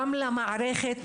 גם למערכת,